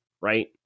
Right